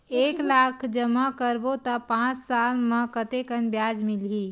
एक लाख जमा करबो त पांच साल म कतेकन ब्याज मिलही?